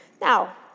Now